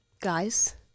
guys